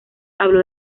habló